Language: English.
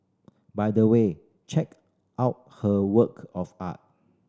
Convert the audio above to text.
by the way check out her work of art